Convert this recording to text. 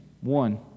One